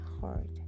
hard